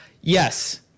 Yes